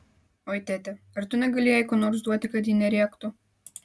oi tėte ar tu negali jai ko nors duoti kad ji nerėktų